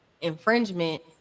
infringement